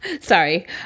Sorry